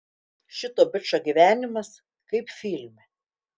šito bičo gyvenimas kaip filme